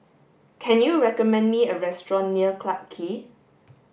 can you recommend me a restaurant near Clarke Quay